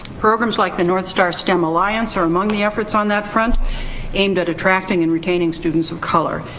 programs like the north star stem alliance are among the efforts on that front aimed at attracting and retaining students of color.